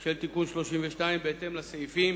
של תיקון 32. בהתאם לסעיפים